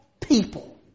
people